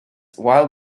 while